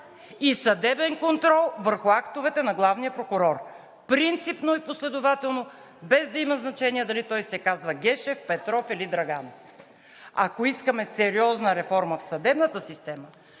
и съдебен контрол върху актовете на главния прокурор –принципно и последователно, без да има значение дали той се казва Гешев, Петров или Драганов. Ако искаме сериозна реформа в съдебната система,